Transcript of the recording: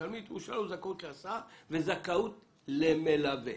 להסעה וזכאות למלווה.